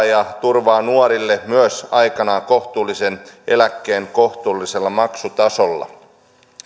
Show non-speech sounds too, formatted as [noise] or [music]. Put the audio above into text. [unintelligible] ja myös turvaa nuorille aikanaan kohtuullisen eläkkeen kohtuullisella maksutasolla